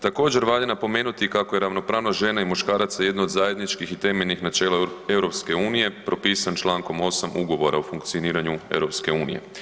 Također valja napomenuti kako je ravnopravnost žena i muškaraca jedno od zajedničkih i temeljnih načela EU propisan čl. 8. Ugovora o funkcioniranju EU.